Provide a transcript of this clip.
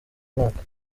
mwaka